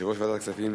יושב-ראש ועדת הכספים,